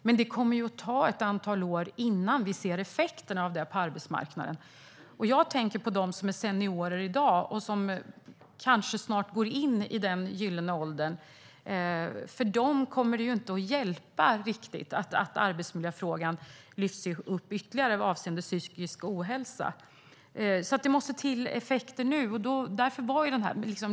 Men det kommer att ta ett antal år innan vi ser effekterna av det på arbetsmarknaden. Jag tänker på dem som är seniorer i dag och som kanske snart går in i den gyllene åldern. För dem kommer det inte att hjälpa riktigt att arbetsmiljöfrågan lyfts upp ytterligare avseende psykisk ohälsa. Det måste till effekter nu.